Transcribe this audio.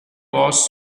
was